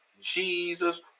jesus